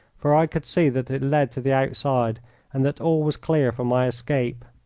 for i could see that it led to the outside and that all was clear for my escape.